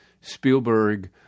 Spielberg